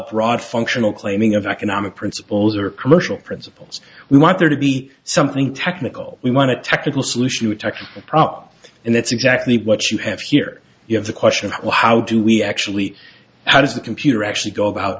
broad functional claiming of economic principles or commercial principles we want there to be something technical we want a technical solution to talk prop and that's exactly what you have here you have the question why how do we actually how does the computer actually go about